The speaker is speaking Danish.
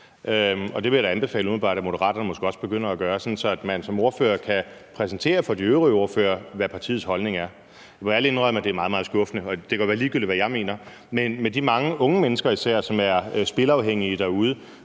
Og det vil jeg da umiddelbart anbefale at Moderaterne måske også begynder at gøre, sådan at man som ordfører over for de øvrige ordførere kan præsentere, hvad partiets holdning er. Jeg må ærligt indrømme, at det er meget, meget skuffende. Og det kan jo være ligegyldigt, hvad jeg mener, men med de mange unge mennesker især, som er spilafhængige derude,